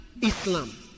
Islam